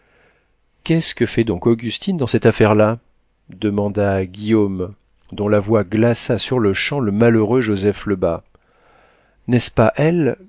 qu'est-ce que fait donc augustine dans cette affaire-là demanda guillaume dont la voix glaça sur-le-champ le malheureux joseph lebas n'est-ce pas elle